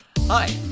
Hi